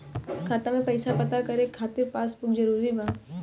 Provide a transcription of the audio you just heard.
खाता में पईसा पता करे के खातिर पासबुक जरूरी बा?